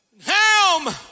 Ham